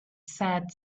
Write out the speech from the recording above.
said